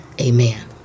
amen